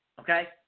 Okay